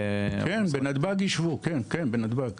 כן, יישבו בנתב"ג.